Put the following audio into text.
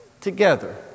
together